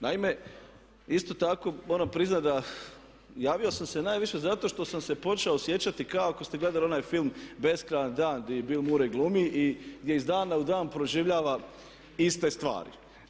Naime, isto tako moram priznati da javio sam se najviše zato što sam se počeo osjećati kao ako ste gledali onaj film „Beskrajan dan“ gdje Bill Murray glumi i gdje iz dana u dan proživljava iste stvari.